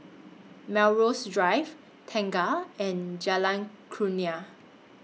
Melrose Drive Tengah and Jalan Kurnia